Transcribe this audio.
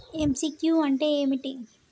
MCQ అంటే ఏమిటి?